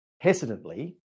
hesitantly